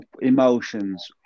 emotions